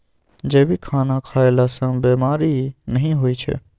जैविक खाना खएला सँ बेमारी नहि होइ छै